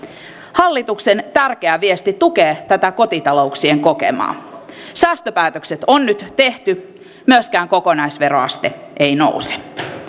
hallituksen tärkeä viesti tukee tätä kotitalouksien kokemaa säästöpäätökset on nyt tehty myöskään kokonaisveroaste ei nouse